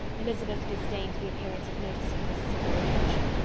elizabeth disdained the appearance of noticing this civil reflection,